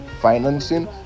financing